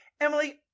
Emily